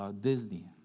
Disney